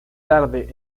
tarde